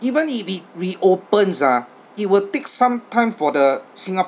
even if it reopens ah it will take some time for the